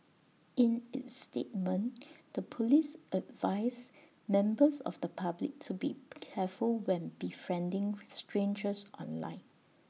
in its statement the Police advised members of the public to be careful when befriending with strangers online